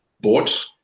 bought